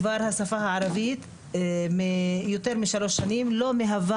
השפה הערבית כבר יותר משלוש שנים לא מהווה